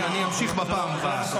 אמשיך בפעם הבאה.